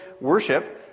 worship